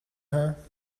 her